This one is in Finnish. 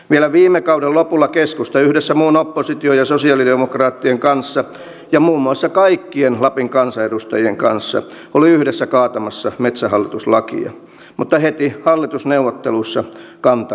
vielä viime kauden lopulla keskusta yhdessä muun opposition ja sosialidemokraattien kanssa ja muun muassa kaikkien lapin kansanedustajien kanssa oli yhdessä kaatamassa metsähallitus lakia mutta heti hallitusneuvotteluissa kanta muuttui